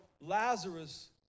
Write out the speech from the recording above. Lazarus